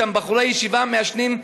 שם בחורי ישיבה מעשנים,